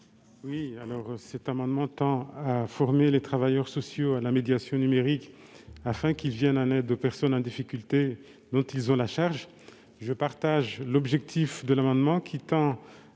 ? Cet amendement tend à former les travailleurs sociaux à la médiation numérique afin qu'ils viennent en aide aux personnes en difficulté dont ils ont la charge. Si je partage l'objectif de l'amendement qui tend